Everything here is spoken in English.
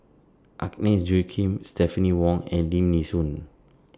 Agnes Joaquim Stephanie Wong and Lim Nee Soon